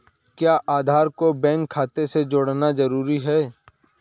क्या आधार को बैंक खाते से जोड़ना जरूरी है?